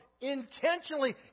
intentionally